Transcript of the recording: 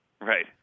right